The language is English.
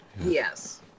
Yes